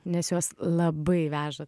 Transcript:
nes juos labai veža